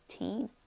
18